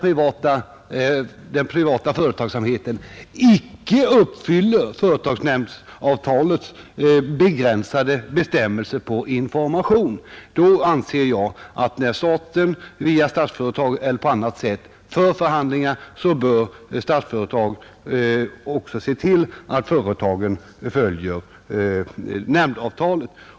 När den privata företagsamheten inte uppfyller företagsnämndsavtalets begränsade bestämmelser om information, anser jag att när staten via Statsföretag AB eller på annat sätt för förhandlingar, bör Statsföretag AB också se till att företagen följer nämndavtalet.